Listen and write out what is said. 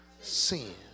sin